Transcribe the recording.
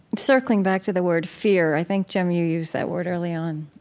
circling back to the word fear. i think, jim, you used that word early on.